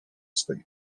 swej